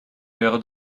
vero